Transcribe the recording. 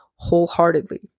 wholeheartedly